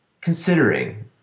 considering